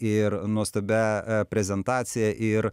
ir nuostabia a prezentacija ir